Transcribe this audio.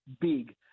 big